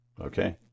Okay